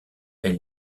elle